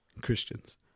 Christians